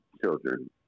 children